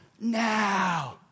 now